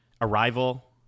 Arrival